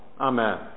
Amen